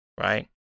right